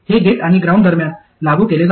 हे गेट आणि ग्राउंड दरम्यान लागू केले जाते